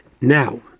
Now